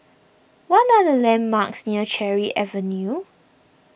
what are the landmarks near Cherry Avenue